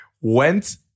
went